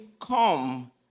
come